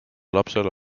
lapsele